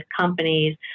companies